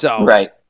Right